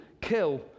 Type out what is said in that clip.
kill